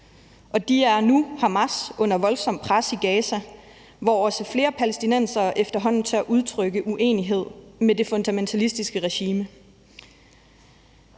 og de er nu, Hamas, under voldsomt pres i Gaza, hvor også flere palæstinensere efterhånden tør udtrykke uenighed med det fundamentalistiske regime.